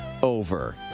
Over